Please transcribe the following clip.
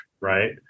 right